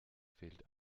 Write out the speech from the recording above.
fehlt